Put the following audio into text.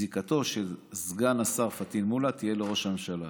זיקתו של סגן השר פטין מולא תהיה לראש הממשלה,